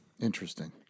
Interesting